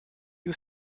you